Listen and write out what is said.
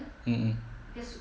mm mm